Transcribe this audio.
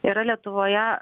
yra lietuvoje